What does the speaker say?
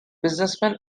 businessman